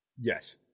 Yes